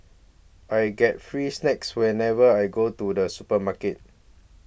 I get free snacks whenever I go to the supermarket